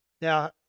Now